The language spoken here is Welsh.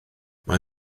mae